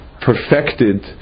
perfected